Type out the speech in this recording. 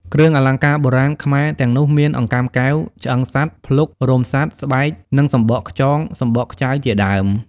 គ្រឿងអលង្ការបុរាណខ្មែរទាំងនោះមាន អង្កាំកែវ ឆ្អឹងសត្វ/ភ្លុក រោមសត្វ/ស្បែក និងសំបកខ្យង/សំបកខ្ចៅជាដើម។